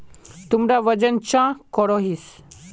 तुमरा वजन चाँ करोहिस?